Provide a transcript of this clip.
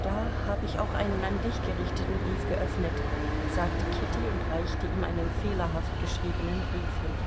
da habe ich auch einen an dich gerichteten brief geöffnet sagte kitty und reichte ihm einen fehlerhaft geschriebenen brief hin